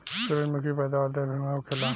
सूरजमुखी के पैदावार देश भर में होखेला